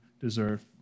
deserve